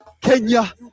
Kenya